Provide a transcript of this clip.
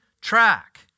track